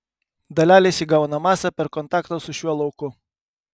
dalelės įgauna masę per kontaktą su šiuo lauku